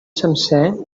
sencer